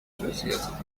جزییات